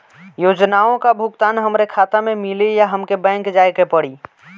योजनाओ का भुगतान हमरे खाता में मिली या हमके बैंक जाये के पड़ी?